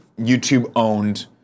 YouTube-owned